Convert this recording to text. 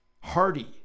Hardy